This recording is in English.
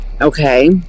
Okay